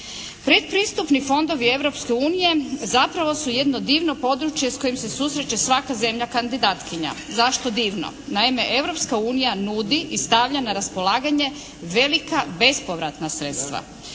Predpristupni fondovi Europske unije zapravo su jedno divno područje s kojim se susreće svaka zemlja kandidatkinja. Zašto divno? Naime, Europska unija nudi i stavlja na raspolaganje velika bespovratna sredstva